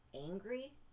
angry